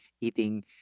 eating